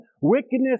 wickedness